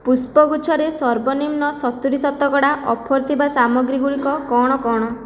ପୁଷ୍ପଗୁଚ୍ଛରେ ସର୍ବନିମ୍ନ ସତୁରୀ ଶତକଡ଼ା ଅଫର୍ ଥିବା ସାମଗ୍ରୀଗୁଡ଼ିକ କ'ଣ କ'ଣ